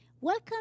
Welcome